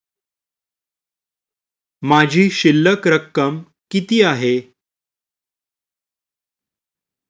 माझी शिल्लक रक्कम किती आहे?